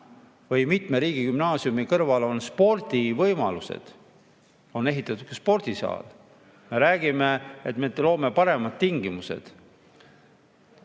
Või mitme riigigümnaasiumi kõrval on spordivõimalused, on ehitatud spordisaal? Me räägime, et me loome paremad tingimused.